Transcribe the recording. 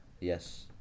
Yes